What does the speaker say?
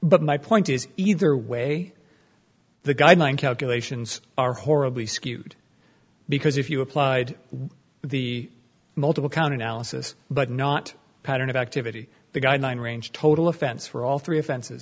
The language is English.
but my point is either way the guideline calculations are horribly skewed because if you applied the multiple count analysis but not a pattern of activity the guideline range total offense for all three offens